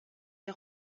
est